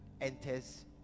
enters